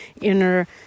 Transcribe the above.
inner